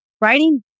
writing